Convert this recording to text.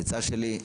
עצה שלי,